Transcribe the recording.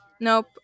nope